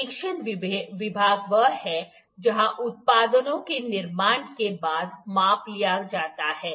निरीक्षण विभाग वह है जहां उत्पादों के निर्माण के बाद माप लिया जाता है